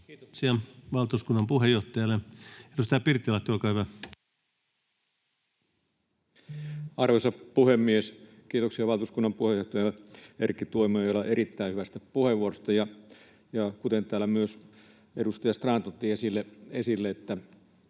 Suomen valtuuskunnan toimintakertomus 2020 Time: 19:17 Content: Arvoisa puhemies! Kiitoksia valtuuskunnan puheenjohtajalle Erkki Tuomiojalle erittäin hyvästä puheenvuorosta. Kuten täällä myös edustaja Strand otti esille, tämä